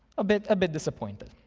bit bit disappointing,